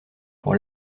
pour